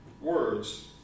words